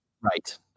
Right